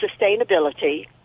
sustainability